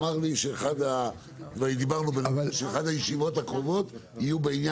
אמר לי שאחת הישיבות הקרובות יהיו בעניין.